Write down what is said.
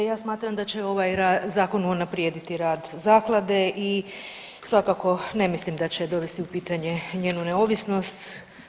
Ja smatram da će ovaj zakon unaprijediti rad zaklade i svakako ne mislim da će dovesti u pitanje njenu neovisnost.